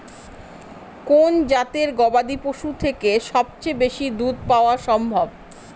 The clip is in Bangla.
কোন জাতের গবাদী পশু থেকে সবচেয়ে বেশি দুধ পাওয়া সম্ভব?